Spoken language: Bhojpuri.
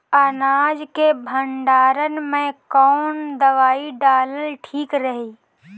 अनाज के भंडारन मैं कवन दवाई डालल ठीक रही?